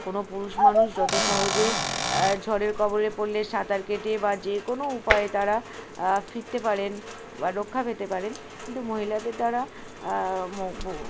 কোনো পুরুষ মানুষ যত সহজে ঝড়ের কবরে পড়লে সাঁতার কেটে বা যে কোনো উপায়ে তারা ফিরতে পারেন বা রক্ষা পেতে পারেন কিন্তু মহিলাদের দ্বারা